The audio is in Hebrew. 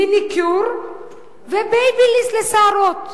מניקור ו"בייביליס" לשערות?